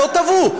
לא תבעו.